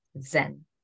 zen